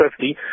50